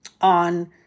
on